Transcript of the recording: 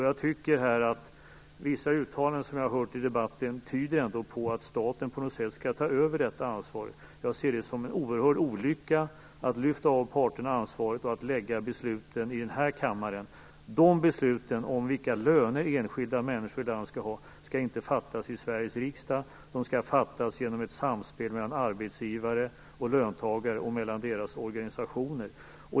Jag tycker att vissa uttalanden som jag har hört här i debatten tyder på att det är staten som skall ta över detta ansvar. Jag ser det som en oerhörd olycka att lyfta av parterna ansvaret och att besluten skall fattas i den här kammaren. Besluten om vilka löner enskilda människor skall ha skall inte fattas i Sveriges riksdag. De skall fattas genom ett samspel mellan arbetsgivare och löntagare och mellan deras organisationer.